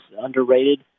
underrated